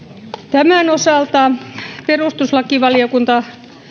tämän osalta perustuslakivaliokunta